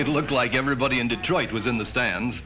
it looks like everybody in detroit was in the stands